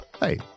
Hey